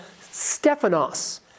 Stephanos